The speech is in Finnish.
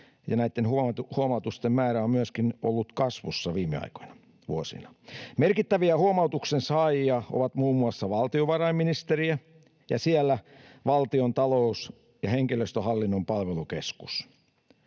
ja näitten huomautusten määrä on myöskin ollut kasvussa viime vuosina. Merkittävä huomautuksen saaja on muun muassa valtiovarainministeriö ja siellä Valtion talous- ja henkilöstöhallinnon palvelukeskus.